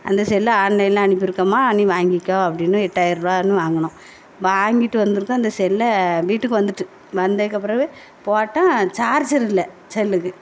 அந்த செல்லை ஆன்லைனில் அனுப்பியிருக்கேமா நீ வாங்கிக்கோ அப்படின்னு எட்டாயிரரூவான்னு வாங்கினோம் வாங்கிகிட்டு வந்திருக்கோம் அந்த செல்லை வீட்டுக்கும் வந்துட்டு வந்ததுக்கு பிறகு போட்டால் சார்ஜர் இல்லை செல்லுக்கு